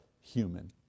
human